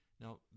Now